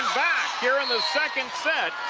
back here in the second set